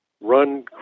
run